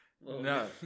no